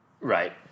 Right